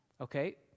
okay